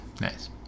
Nice